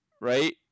right